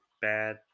Bad